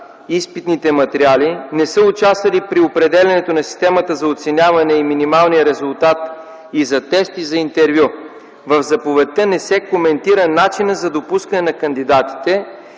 изпитните материали. Не са участвали при определянето на системата за оценяване и минималния резултат и за тест, и за интервю. В заповедта не се коментира начинът за допускане на кандидатите